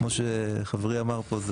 כמו שחברי אמר פה,